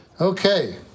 Okay